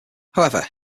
however